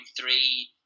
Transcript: three